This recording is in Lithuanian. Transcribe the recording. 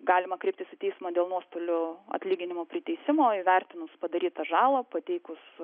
galima kreiptis į teismą dėl nuostolių atlyginimo priteisimo įvertinus padarytą žalą pateikus